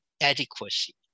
adequacy